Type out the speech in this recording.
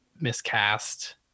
miscast